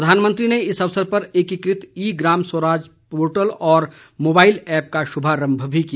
प्रधानमंत्री ने इस अवसर पर एकीकृत ई ग्राम स्वराज पोर्टल और मोबाइल ऐप का शुभारंभ भी किया